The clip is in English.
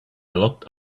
locked